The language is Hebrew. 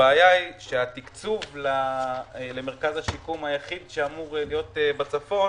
הבעיה היא שהתקצוב למרכז השיקום היחיד שאמור להיות בצפון